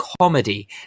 comedy